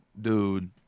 dude